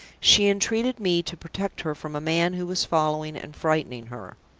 she entreated me to protect her from a man who was following and frightening her.